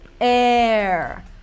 air